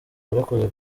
warakoze